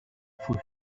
for